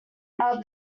are